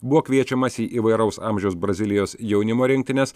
buvo kviečiamas į įvairaus amžiaus brazilijos jaunimo rinktines